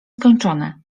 skończone